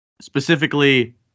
Specifically